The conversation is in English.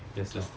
just now